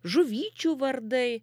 žuvyčių vardai